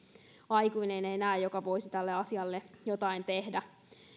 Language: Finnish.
aikuinen ei näe joka voisi tälle asialle jotain tehdä